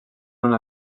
una